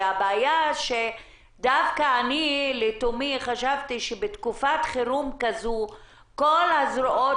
אני לתומי חשבתי שבתקופת חירום כזו כל הזרועות